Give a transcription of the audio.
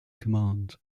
command